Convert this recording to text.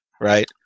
right